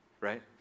right